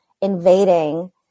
invading